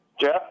Jeff